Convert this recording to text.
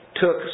took